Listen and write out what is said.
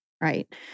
right